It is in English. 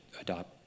adopt